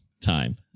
time